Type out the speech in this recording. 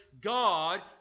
God